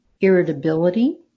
irritability